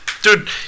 dude